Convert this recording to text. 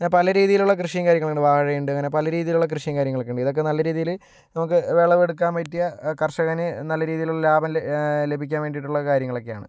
അങ്ങനെ പല രീതിയിലുള്ള കൃഷിയും കാര്യങ്ങളുണ്ട് വാഴയുണ്ട് അങ്ങനെ പല രീതിയിലുള്ള കൃഷിയും കാര്യങ്ങളൊക്കെയുണ്ട് ഇതൊക്കെ നല്ല രീതിയില് നമുക്ക് വിളവെടുക്കാൻ പറ്റിയ കർഷകന് നല്ല രീതിയിലുള്ള ലാഭം ലഭിക്കാൻ വേണ്ടിയിട്ടുള്ള കാര്യങ്ങളൊക്കെയാണ്